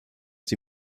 die